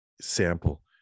sample